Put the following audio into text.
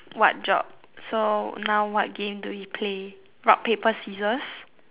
what job so now what game do we play rock paper scissors